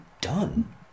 done